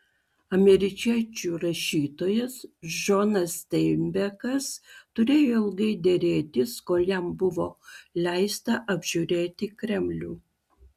amerikiečių rašytojas džonas steinbekas turėjo ilgai derėtis kol jam buvo leista apžiūrėti kremlių